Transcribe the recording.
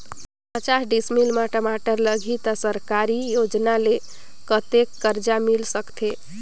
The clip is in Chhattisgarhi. पचास डिसमिल मा टमाटर लगही त सरकारी योजना ले कतेक कर्जा मिल सकथे?